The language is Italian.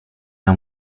una